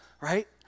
right